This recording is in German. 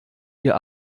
ihr